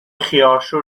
خیارشور